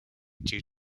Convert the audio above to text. due